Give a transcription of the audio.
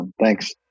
Thanks